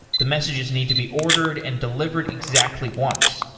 the messages need to be ordered and delivered exactly once.